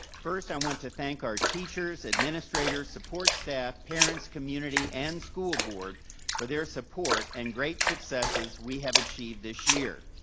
first, i want to thank our teachers, administrators, support staff, parents, community, and school board for their support and great successes we have achieved this year,